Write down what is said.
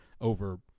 over